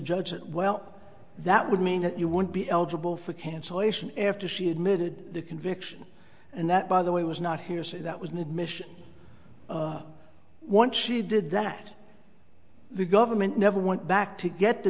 judge well that would mean that you would be eligible for cancellation after she admitted the conviction and that by the way was not hearsay that was an admission once she did that the government never went back to get the